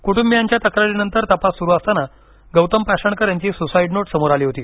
कूटुंबीयांच्या तक्रारीनंतर तपास सुरू असताना गौतम पाषाणकर यांची सुसाईड नोट समोर आली होती